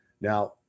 Now